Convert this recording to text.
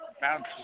bounces